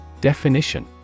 Definition